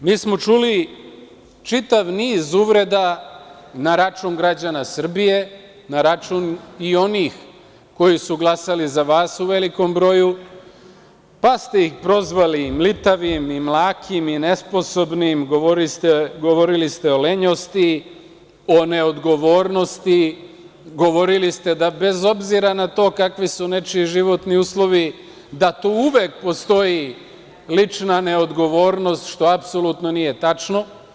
Čuli smo čitav niz uvreda na račun građana Srbije, na račun i onih koji su glasali za vas u velikom broju, pa ste ih prozvali mlitavim, mlakim i nesposobnim, govorili ste o lenjosti, o neodgovornosti, govorili ste da bez obzira na to kakvi su nečiji životni uslovi, da tu uvek postoji lična neodgovornost, što apsolutno nije tačno.